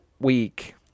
week